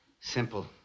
Simple